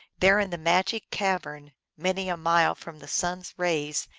there, in the magic cavern, many a mile from the sun s rays,